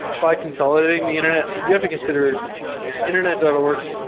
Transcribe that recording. by consolidating the internet. you have to consider internet dot org,